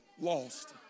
lost